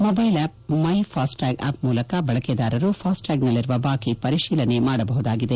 mobile app my FASTag app ಮೂಲಕ ಬಳಕೆದಾರರು ಫಾಸ್ಟ್ರ್ಗ್ನಲ್ಲಿರುವ ಬಾಕಿ ಪರಿಶೀಲನೆ ಮಾಡಬಹುದಾಗಿದೆ